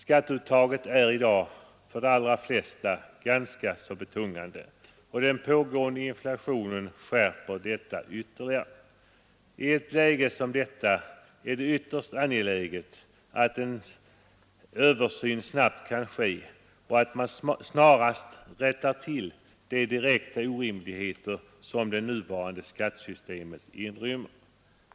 Skatteuttaget är i dag för de allra flesta ganska betungande, och den pågående inflationen skärper ytterligare det förhållandet. I detta läge är det ytterst angeläget att en översyn snabbt kan ske och att man snarast rättar till de direkta orimligheter som det nuvarande skattesystemet inrymmer.